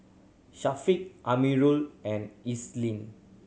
Syafiqah Amirul and Islin